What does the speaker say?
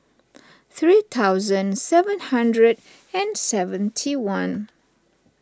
three thousand seven hundred and seventy one